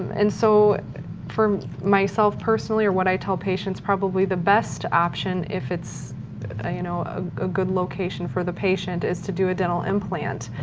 and so for myself personally, or what i tell patients, probably the best option if it's you know ah a good location for the patient is to do a dental implant.